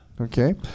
Okay